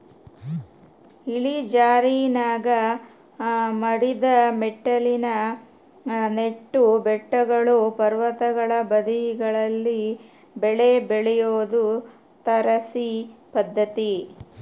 ಇಳಿಜಾರಿನಾಗ ಮಡಿದ ಮೆಟ್ಟಿಲಿನ ನೆಟ್ಟು ಬೆಟ್ಟಗಳು ಪರ್ವತಗಳ ಬದಿಗಳಲ್ಲಿ ಬೆಳೆ ಬೆಳಿಯೋದು ತಾರಸಿ ಪದ್ಧತಿ